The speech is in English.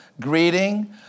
greeting